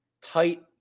tight